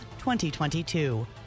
2022